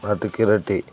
Nata Kireeti